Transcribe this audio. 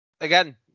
again